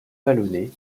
vallonnée